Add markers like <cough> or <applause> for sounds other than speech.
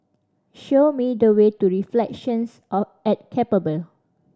show me the way to Reflections <unintelligible> at Keppel Bay